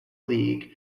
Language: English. league